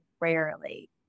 rarely